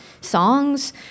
songs